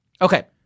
Okay